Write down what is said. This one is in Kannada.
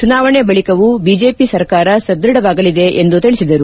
ಚುನಾವಣೆ ಬಳಿಕವೂ ಬಿಜೆಪಿ ಸರ್ಕಾರ ಸದೃಢವಾಗಲಿದೆ ಎಂದು ತಿಳಿಸಿದರು